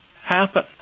happen